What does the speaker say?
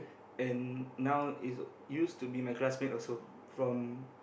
and now is used to be my classmate also from